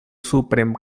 supren